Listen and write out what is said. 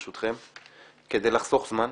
ברשותכם, כדי לחסוך זמן.